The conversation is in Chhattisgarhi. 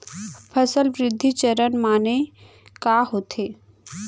फसल वृद्धि चरण माने का होथे?